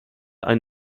ein